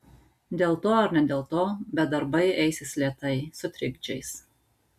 dėl to ar ne dėl to bet darbai eisis lėtai su trikdžiais